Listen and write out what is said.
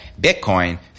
Bitcoin